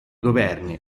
governi